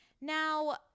Now